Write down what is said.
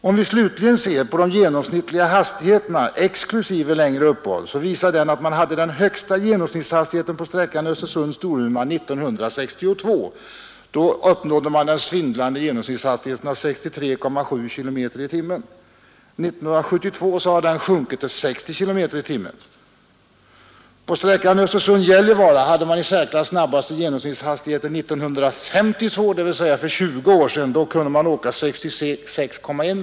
Om vi slutligen ser på den genomsnittliga hastigheten exklusive längre uppehåll så visar det sig att man hade den högsta genomsnittliga hastigheten på sträckan Östersund—Gällivare 1962. Då uppnådde man den ”svindlande” genomsnittshastigheten av 63,7 km i timmen. År 1972 har den sjunkit till 60 km i timmen. På sträckan Östersund —Gällivare hade man den i särklass största genomsnittshastigheten 1952, dvs. 66,1 km i timmen.